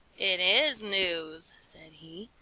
it is news! said he.